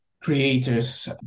creators